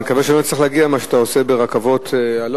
אני מקווה שלא נצטרך להגיע למה שאתה עושה ברכבות הלא-קלות,